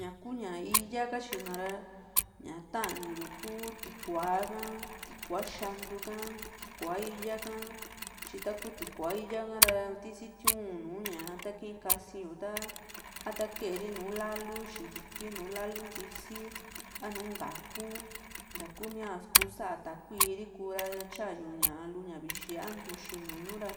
ñaku ña íyaa katyi na ra, ñaa ta´ni yu kuu tikua ha, tikua xantu ha, tikua íyaa ka, tyi taku tikua iya hara sitiun nùù ta kii´n kasi yu ta a ta keeri nùù lalu xintiki, nùù lalu ntisi, a nùù ntaa´ku ntakumia kuu sa´a takuiri ku´ra tya yulu {a vixi a ntuxi ñuñu ra